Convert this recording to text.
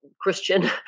Christian